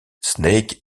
snake